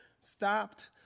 stopped